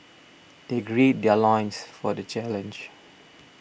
they gird their loins for the challenge